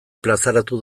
plazaratu